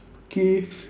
K